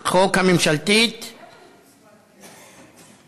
להעביר את הצעת חוק מוסר תשלומים לספקים,